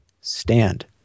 stand